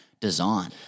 design